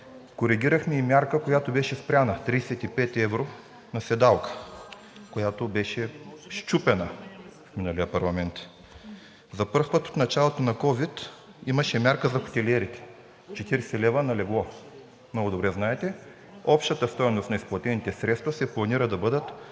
Коригирахме и мярка, която беше спряна – 35 евро на седалка, която беше счупена в миналия парламент. За пръв път от началото на ковид имаше мярка за хотелиерите – 40 лв. на легло, много добре знаете. Общата стойност на изплатените средства се планира да бъдат